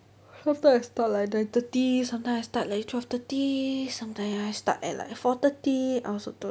sometimes I start at like nine thirty sometimes I start at like twelve thirty sometimes I start at like four thirty I also don't